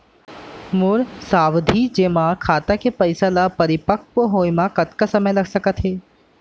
मोर सावधि जेमा खाता के पइसा ल परिपक्व होये म कतना समय लग सकत हे?